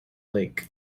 lake